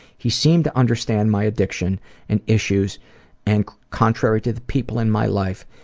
he seemed to understand my addiction and issues and contrary to the people in my life,